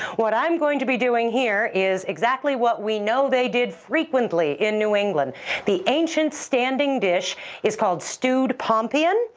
what i'm going to be doing here is exactly what we know they did frequently in new england the ancient standing dish is called stewed pompian,